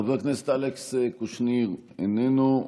חבר הכנסת אלכס קושניר, איננו,